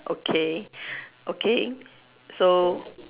okay okay so